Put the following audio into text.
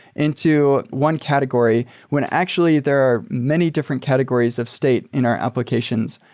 into one category, when actually there are many different categories of state in our applications.